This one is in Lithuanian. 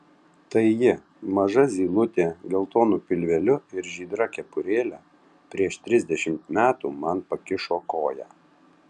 tai ji maža zylutė geltonu pilveliu ir žydra kepurėle prieš trisdešimt metų man pakišo koją